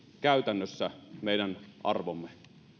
käytännössä meidän arvomme